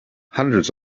hundreds